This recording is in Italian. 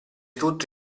tutto